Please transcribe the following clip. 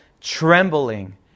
trembling